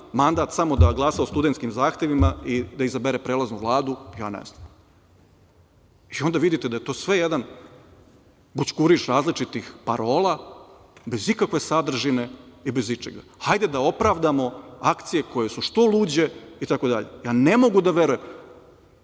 mandat samo da glasa o studentskim zahtevima i da izabere prelaznu Vladu ja ne znam i onda vidite da je to sve jedan bućkuriš različitih parola bez ikakve sadržine i bez ičega. Hajde da opravdamo akcije koje su što luđe itd. Ja ne mogu da verujem. Hajde